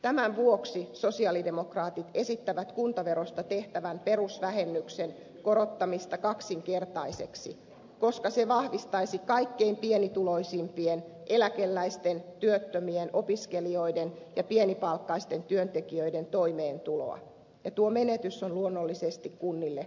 tämän vuoksi sosialidemokraatit esittävät kuntaverosta tehtävän perusvähennyksen korottamista kaksinkertaiseksi koska se vahvistaisi kaikkein pienituloisimpien eläkeläisten työttömien opiskelijoiden ja pienipalkkaisten työntekijöiden toimeentuloa ja tuo menetys on luonnollisesti kunnille korvattava